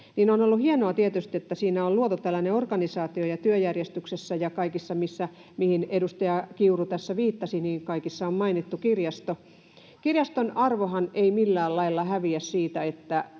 On ollut hienoa tietysti, että siinä on luotu tällainen organisaatio, ja että työjärjestyksessä ja kaikissa, mihin edustaja Kiuru tässä viittasi, on mainittu kirjasto. Kirjaston arvohan ei millään lailla häviä siitä,